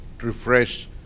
refresh